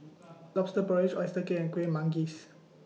Lobster Porridge Oyster Cake and Kueh Manggis